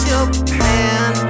Japan